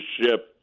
ship